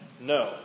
no